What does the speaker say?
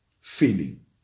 feeling